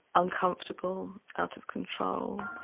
uncomfortable, out of control,